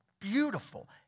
beautiful